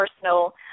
personal